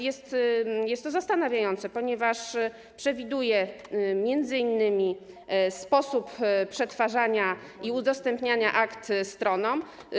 Jest to zastanawiające, ponieważ przewiduje m.in. sposób przetwarzania i udostępniania akt stronom.